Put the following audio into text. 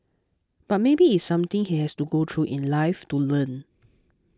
but maybe it is something he has to go through in life to learn